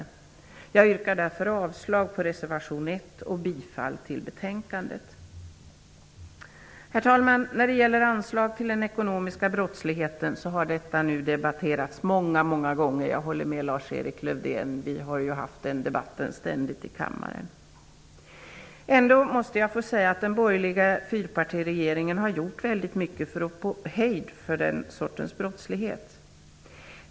Jag yrkar därför avslag på reservation 1 och bifall till utskottets hemställan. Herr talman! Anslagen till bekämpandet av den ekonomiska brottsligheten har debatterats många många gånger -- jag håller med Lars-Erik Lövdén om att vi ständigt har fört den debatten i kammaren. Ändå måste jag säga att den borgerliga fyrpartiregeringen har gjort väldigt mycket för att få hejd på den sortens brottslighet.